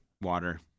water